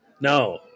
No